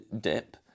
dip